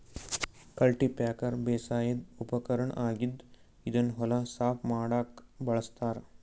cultipacker ಬೇಸಾಯದ್ ಉಪಕರ್ಣ್ ಆಗಿದ್ದ್ ಇದನ್ನ್ ಹೊಲ ಸಾಫ್ ಮಾಡಕ್ಕ್ ಬಳಸ್ತಾರ್